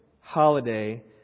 holiday